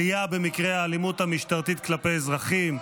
עלייה במקרי האלימות המשטרתית כלפי אזרחים.